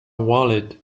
wallet